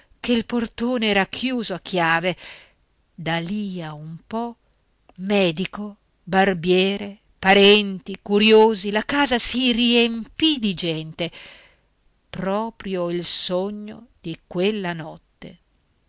che il portone era chiuso a chiave da lì a un po medico barbiere parenti curiosi la casa si riempì di gente proprio il sogno di quella notte